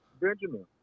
Benjamin